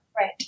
Right